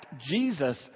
Jesus